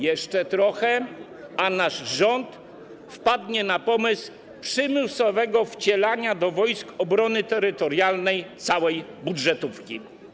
Jeszcze trochę i nasz rząd wpadnie na pomysł przymusowego wcielania do Wojsk Obrony Terytorialnej całej budżetówki.